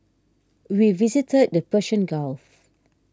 we visited the Persian Gulf